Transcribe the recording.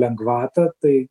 lengvatą tai